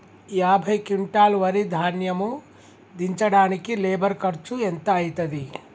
యాభై క్వింటాల్ వరి ధాన్యము దించడానికి లేబర్ ఖర్చు ఎంత అయితది?